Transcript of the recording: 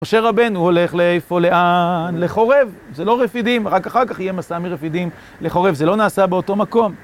משה רבנו הולך לאיפה, לאן? לחורב, זה לא רפידים, רק אחר כך יהיה מסע מרפידים לחורב, זה לא נעשה באותו מקום.